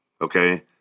okay